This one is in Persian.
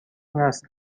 نسل